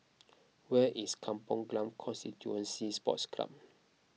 where is Kampong Glam Constituency Sports Club